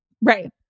Right